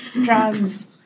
drugs